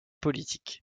politique